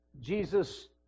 Jesus